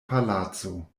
palaco